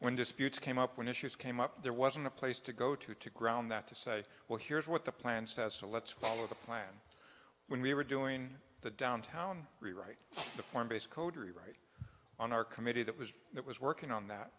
when disputes came up when issues came up there wasn't a place to go to to ground that to say well here's what the plan says so let's follow the plan when we were doing the downtown rewrite the form based code rewrite on our committee that was that was working on that